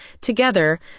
Together